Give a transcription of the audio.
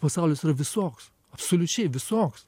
pasaulis yra visoks absoliučiai visoks